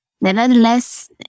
Nevertheless